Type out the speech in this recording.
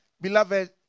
beloved